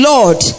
Lord